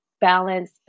balance